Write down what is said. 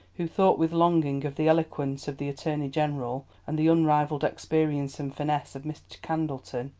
who thought with longing of the eloquence of the attorney-general, and the unrivalled experience and finesse of mr. candleton,